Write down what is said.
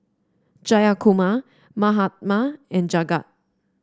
Jayakumar Mahatma and Jagat